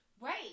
Right